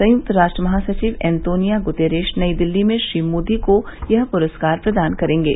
संयुक्त राष्ट्र महासचिव एंतोनिया गुतेरेश नई दिल्ली में श्री मोदी को यह पुरस्कार प्रदान करेंगे